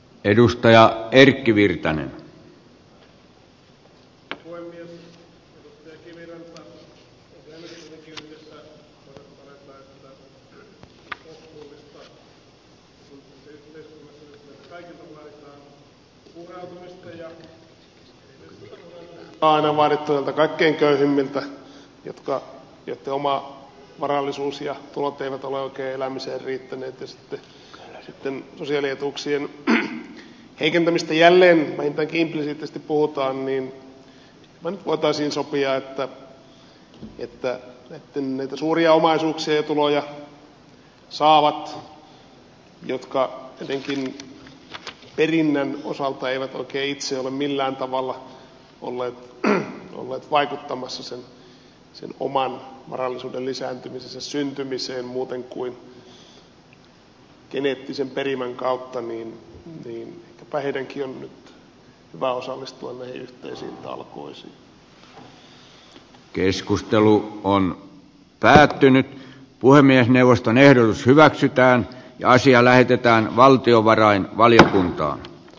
edustaja kiviranta eiköhän nyt kuitenkin yhdessä voida todeta että olisi kohtuullista kun tässä yhteiskunnassa nyt meiltä kaikilta vaaditaan uhrautumista ja kun sitä erityisesti on aina vaadittu niiltä kaikkein köyhimmiltä joitten oma varallisuus ja tulot eivät ole oikein elämiseen riittäneet ja sitten sosiaalietuuksien heikentämisestä jälleen vähintäänkin implisiittisesti puhutaan niin me nyt voisimme sopia että ehkäpä näitä suuria omaisuuksia ja tuloja saavien jotka etenkin perinnön osalta eivät oikein itse ole millään tavalla olleet vaikuttamassa sen oman varallisuuden lisääntymiseen sen syntymiseen muuten kuin geneettisen perimän kautta on nyt hyvä osallistua näihin yhteisiin talkoisiin